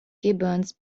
gibbons